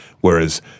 whereas